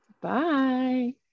Bye